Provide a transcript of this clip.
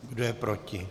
Kdo je proti?